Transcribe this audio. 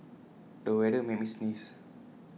the weather made me sneeze